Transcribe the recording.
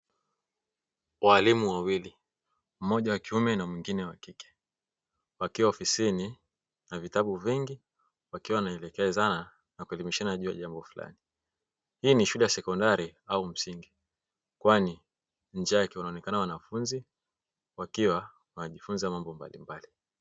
Walimu wawili, mmoja wa kiume na wakike wakiwa ofisini na vitabu vingi wakiwa wanaelekezana na kuelimishana juu ya jambo fulani, hii ni shule ya sekondari au msingi kwani nje wakionekana wanafunzi wakiwa wanajifunza mambo mbalimbali